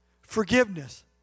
forgiveness